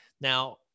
Now